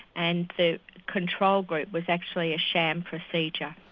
and the control group was actually a sham procedure.